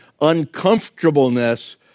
uncomfortableness